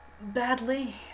Badly